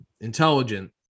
intelligent